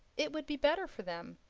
it would be better for them,